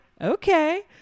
okay